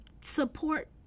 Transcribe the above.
support